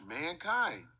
mankind